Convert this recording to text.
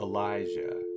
Elijah